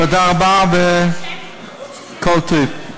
תודה רבה וכל טוב.